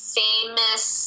famous